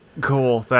Cool